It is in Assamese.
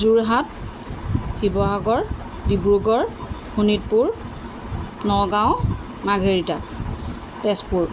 যোৰহাট শিৱসাগৰ ডিব্ৰুগড় শোণিতপুৰ নগাঁও মাৰ্ঘেৰিটা তেজপুৰ